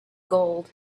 gold